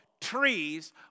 Trees